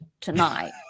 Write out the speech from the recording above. tonight